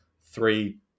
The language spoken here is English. Three